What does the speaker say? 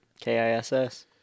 K-I-S-S